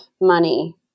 money